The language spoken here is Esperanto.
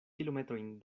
kilometrojn